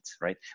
right